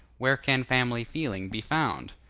where can family feeling be found?